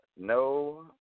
no